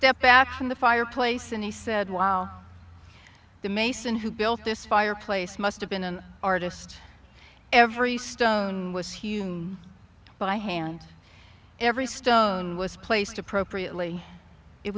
stepped back from the fireplace and he said wow the mason who built this fireplace must have been an artist every stone was hewn by hand every stone was placed appropriately it